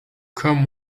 come